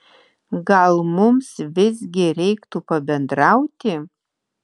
gal mums visgi reiktų pabendrauti